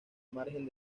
margen